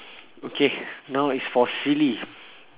okay now it's for silly